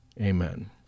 amen